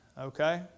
okay